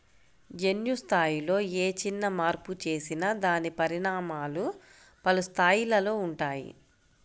జన్యు స్థాయిలో ఏ చిన్న మార్పు చేసినా దాని పరిణామాలు పలు స్థాయిలలో ఉంటాయి